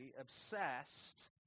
obsessed